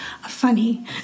funny